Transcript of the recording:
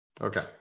Okay